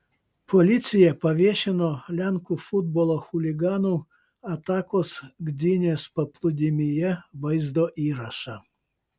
policija paviešino lenkų futbolo chuliganų atakos gdynės paplūdimyje vaizdo įrašą